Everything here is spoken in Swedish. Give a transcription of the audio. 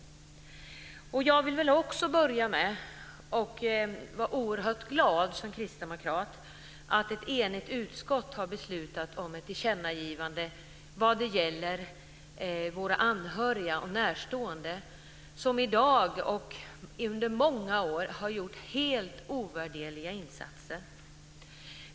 Också jag vill inledningsvis säga att jag som kristdemokrat är oerhört glad över att ett enigt utskott har beslutat att ställa sig bakom ett tillkännagivande vad gäller anhöriga och närstående som under många år har gjort helt ovärderliga insatser.